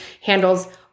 handles